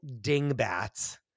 dingbats